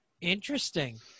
Interesting